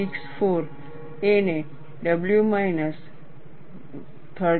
64 a ને w minus 13